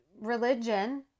religion